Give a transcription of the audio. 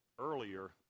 earlier